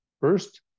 first